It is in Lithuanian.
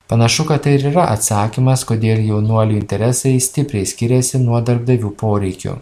panašu kad tai ir yra atsakymas kodėl jaunuolių interesai stipriai skiriasi nuo darbdavių poreikių